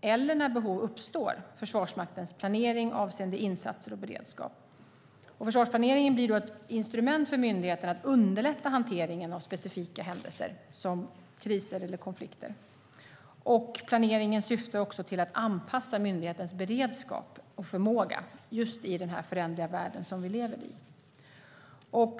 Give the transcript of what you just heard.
eller när behov uppstår Försvarsmaktens planering avseende insatser och beredskap. Försvarsplaneringen blir då ett instrument för myndigheten att underlätta hanteringen av specifika händelser som kriser eller konflikter. Planeringen syftar också till att anpassa myndighetens beredskap och förmåga just i den föränderliga värld som vi lever i.